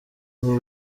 aho